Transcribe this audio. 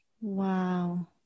Wow